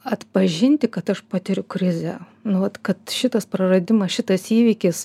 atpažinti kad aš patiriu krizę nu vat kad šitas praradimas šitas įvykis